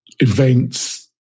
events